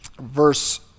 verse